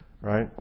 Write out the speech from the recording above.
right